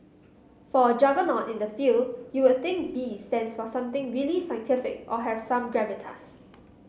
for a juggernaut in the field you would think B stands for something really scientific or have some gravitas